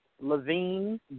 Levine